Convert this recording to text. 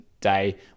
day